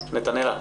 נתנאלה,